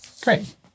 Great